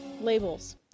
Labels